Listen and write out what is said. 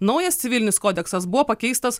naujas civilinis kodeksas buvo pakeistas